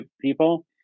people